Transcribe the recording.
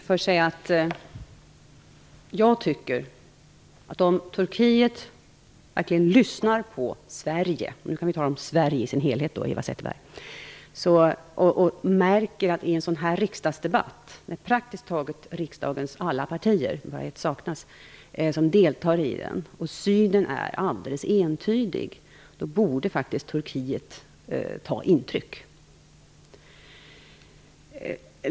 Herr talman! Om man i Turkiet verkligen lyssnar på Sverige - nu kan vi tala om Sverige i sin helhet, Eva Zetterberg - märker man att praktiskt taget riksdagens alla partier - bara ett saknas - deltar i en riksdagsdebatt och att inställningen är alldeles entydig. Då borde Turkiet faktiskt ta intryck.